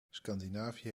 scandinavië